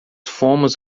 fomos